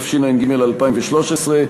התשע"ג 2013,